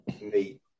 meet